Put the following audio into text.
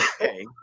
okay